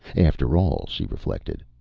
after all, she reflected,